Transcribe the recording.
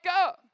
up